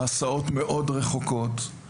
ההסעות מאוד רחוקות,